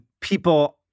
people